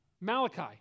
Malachi